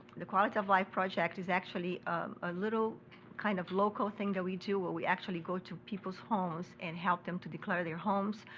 the quality of life project is actually a little kind of local thing that we do, where we actually go to people's homes and help them to declare their homes.